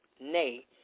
nay